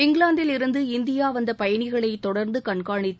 இங்கிலாந்தில் இருந்து இந்தியா வந்த பயணிகளை தொடர்ந்து கண்காணித்து